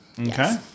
okay